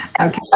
Okay